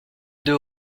deux